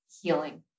healing